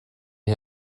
est